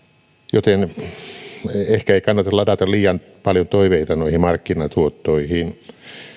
joten ehkä ei kannata ladata liian paljon toiveita noihin markkinatuottoihin